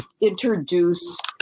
introduce